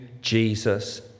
Jesus